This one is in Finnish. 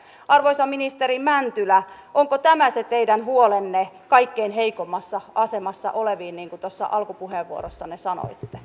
arvoisa ministeri mäntylä onko tämä se teidän huolenne kaikkein heikoimmassa asemassa olevista niin kuin tuossa alkupuheenvuorossanne sanoitte